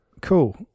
Cool